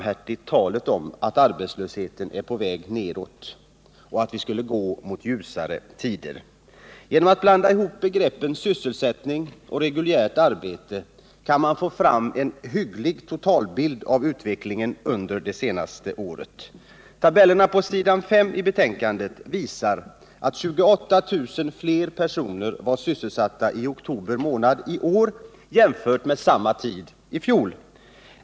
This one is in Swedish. härtigt talet om att arbetslösheten är på väg nedåt och att vi skulle gå mot ljusare tider. Genom att blanda ihop begreppen sysselsättning och reguljärt arbete kan man få fram en hygglig totalbild av utvecklingen under det senaste året. Tabellerna på s. 5 i betänkandet visar att 28000 fler personer var sysselsatta i oktober månad i år jämfört med samma tid i fjol.